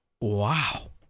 Wow